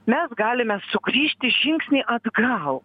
mes galime sugrįžti žingsnį atgal